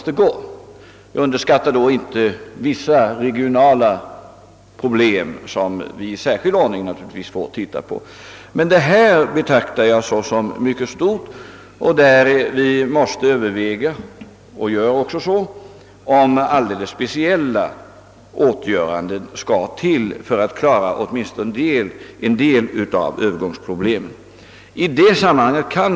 Men jag underskattar inte heller de regionala problem som vi måste ägna uppmärksamhet åt i särskild ordning. Den svårplacerade arbetskraftens problem betraktar jag dock som mycket stora, och vi måste där överväga om inte alldeles speciella åtgärder måste till för att klara åtminstone en del av övergångssvårigheterna. Vi gör också sådana överväganden.